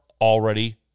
already